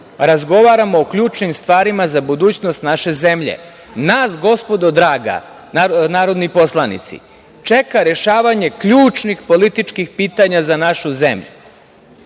razgovaramo o ključnim stvarima za budućnost naše zemlje. Nas, gospodo draga, narodni poslanici, čeka rešavanje ključnih političkih pitanja za našu zemlju